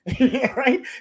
Right